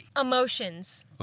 Emotions